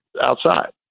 outside